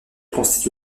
constitue